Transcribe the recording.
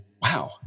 wow